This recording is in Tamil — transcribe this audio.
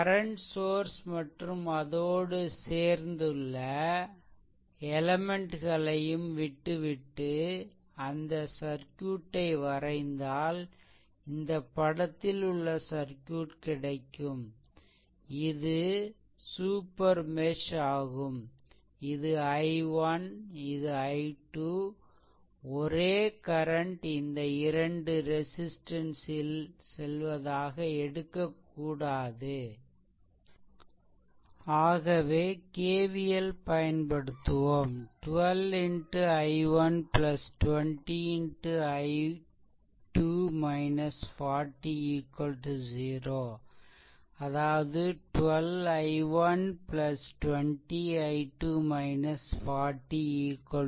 கரண்ட் சோர்ஸ் மற்றும் அதோடு சேர்ந்துள்ள எலெமென்ட்களையும் விட்டுவிட்டு அந்த சர்க்யூட்டை வரைந்தால் இந்த படத்தில் உள்ள சர்க்யூட் கிடைக்கும் இது சூப்பர் மெஷ் ஆகும் இது I1 இது I2 ஒரே கரண்ட் இந்த இரண்டு ரெசிஸ்ட்டன்ஸ் ல் செல்வதாக எடுக்கக்கூடாது ஆகவே KVL பயன்படுத்துவோம்12 X I1 20 X I2 40 0 அதாவது 12 I1 20 I2 40 0